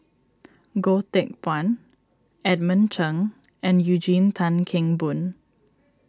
Goh Teck Phuan Edmund Cheng and Eugene Tan Kheng Boon